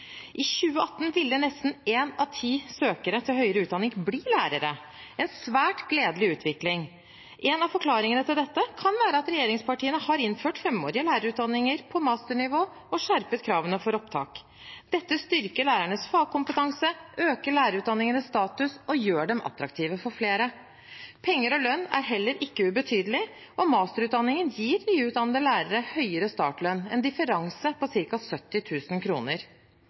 I 2018 ville nesten én av ti søkere til høyere utdanning bli lærere – en svært gledelig utvikling. Én av forklaringene på dette kan være at regjeringspartiene har innført femårige lærerutdanninger på masternivå og skjerpet kravene til opptak. Dette styrker lærernes fagkompetanse, øker lærerutdanningenes status og gjør dem attraktive for flere. Penger og lønn er heller ikke ubetydelig, og masterutdanningen gir nyutdannede lærere høyere startlønn – en differanse på